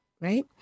right